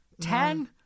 Ten